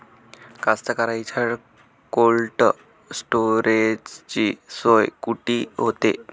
कास्तकाराइच्या कोल्ड स्टोरेजची सोय कुटी होते?